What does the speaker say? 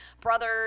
brothers